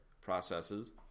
processes